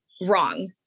wrong